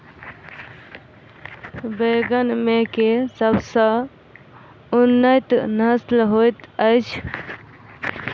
बैंगन मे केँ सबसँ उन्नत नस्ल होइत अछि?